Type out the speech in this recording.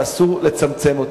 ואסור לצמצם אותה.